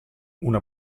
una